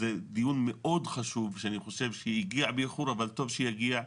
זה דיון מאוד חשוב שאני חושב שהגיע באיחור אבל טוב שהגיע.